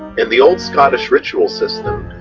in the old scottish ritual system,